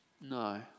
No